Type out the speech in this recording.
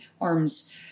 arms